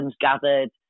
gathered